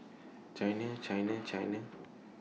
China China China